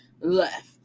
left